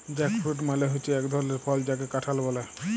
jackfruit মালে হচ্যে এক ধরলের ফল যাকে কাঁঠাল ব্যলে